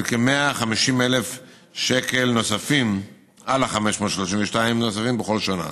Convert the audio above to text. כ-150,000 ש"ח נוספים על ה-532,000 בכל שנה.